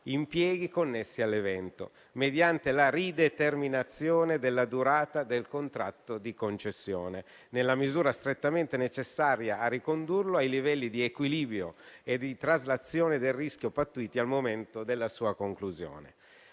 impieghi connessi all'evento, mediante la rideterminazione della durata del contratto di concessione, nella misura strettamente necessaria a ricondurlo ai livelli di equilibrio e di traslazione del rischio pattuiti al momento della sua conclusione.